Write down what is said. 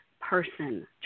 person